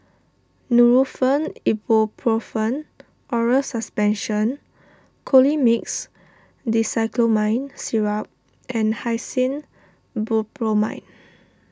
Nurofen Ibuprofen Oral Suspension Colimix Dicyclomine Syrup and Hyoscine Butylbromide